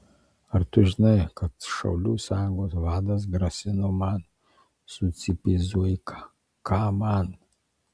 ar tu žinai kad šaulių sąjungos vadas grasino man sucypė zuika ką man